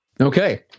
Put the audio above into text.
Okay